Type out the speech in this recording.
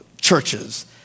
churches